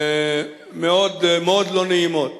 מאוד לא נעימות.